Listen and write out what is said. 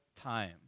time